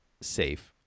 safe